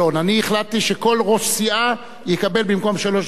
אני החלטתי שכל ראש סיעה יקבל במקום שלוש דקות,